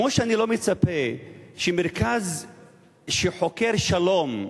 כמו שאני לא מצפה שמרכז שחוקר שלום בתל-אביב,